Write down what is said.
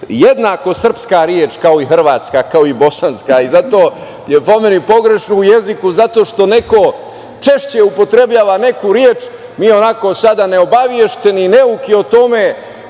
jednako srpska reč kao i hrvatska kao i bosanska i zato je po meni pogrešno u jeziku zato što neko češće upotrebljava neku reč, mi onako sada neobavešteni, neuki o tome